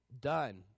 done